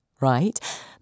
right